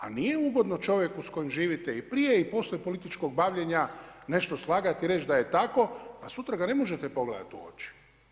A nije ugodno čovjeku s kojim živite i prije i poslije političkog bavljenja nešto slagati i reći da je tako, a sutra ga ne možete pogledati u oči.